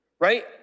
right